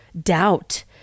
doubt